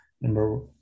number